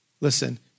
Listen